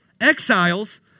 exiles